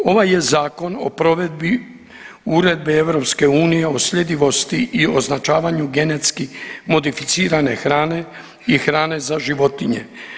Ovaj je Zakon o provedbi Uredbe EU o sljedivosti i označavanju genetski modificirane hrane i hrane za životinje.